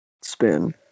spin